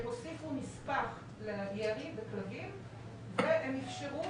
הם הוסיפו נספח לירי בכלבים והם איפשרו